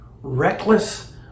reckless